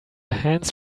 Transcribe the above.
hands